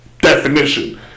definition